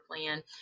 plan